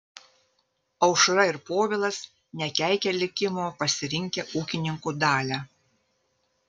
aušra ir povilas nekeikia likimo pasirinkę ūkininkų dalią